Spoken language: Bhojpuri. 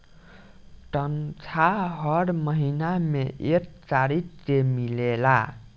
तनखाह हर महीना में एक तारीख के मिलेला